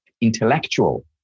Intellectual